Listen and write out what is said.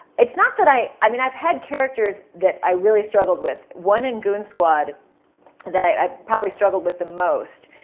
it's not that i. i mean, i've had characters that i really struggled with. one in goon squad that i probably struggled with the most,